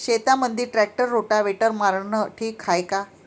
शेतामंदी tractor rotavator मारनं ठीक हाये का?